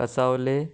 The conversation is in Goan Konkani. कांसावले